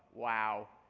wow.